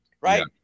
right